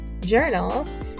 journals